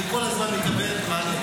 אני כל הזמן מקבל מענה,